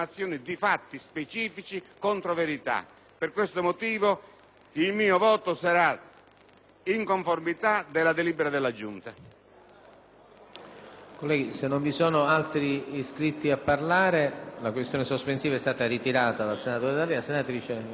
il mio voto sarà in conformità alle deliberazioni della Giunta